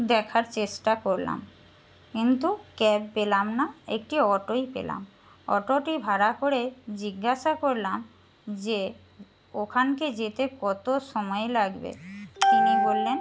দেখার চেষ্টা করলাম কিন্তু ক্যাব পেলাম না একটি অটোই পেলাম অটোটি ভাড়া করে জিজ্ঞাসা করলাম যে ওখানকে যেতে কতো সময় লাগবে তিনি বললেন